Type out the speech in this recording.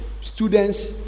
students